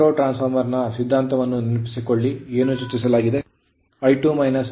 auto transformer ನ ಸಿದ್ಧಾಂತವನ್ನು ನೆನಪಿಸಿಕೊಳ್ಳಿ ಏನ್ನು ಚರ್ಚಿಸಲಾಗಿದೆ ಎಂದು